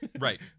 right